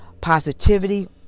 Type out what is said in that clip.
positivity